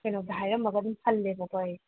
ꯀꯩꯅꯣꯗ ꯍꯥꯏꯔꯝꯃꯒ ꯑꯗꯨꯝ ꯍꯜꯂꯦꯕꯀꯣ ꯑꯩ